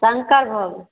शंकर भोग